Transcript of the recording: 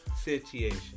Situation